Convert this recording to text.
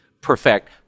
perfect